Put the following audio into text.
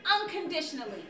unconditionally